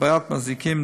הדברת מזיקים,